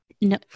no